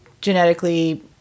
genetically